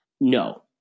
No